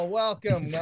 welcome